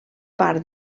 part